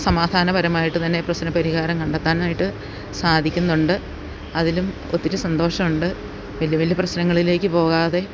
സമാധാനപരമായിട്ട് തന്നെ പ്രശ്നം പരിഹാരം കണ്ടെത്താനായിട്ട് സാധിക്കുന്നുണ്ട് അതിലും ഒത്തിരി സന്തോഷം ഉണ്ട് വലിയ വലിയ പ്രശ്നങ്ങളിലേക്ക് പോകാതെ